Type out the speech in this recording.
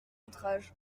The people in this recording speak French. outrage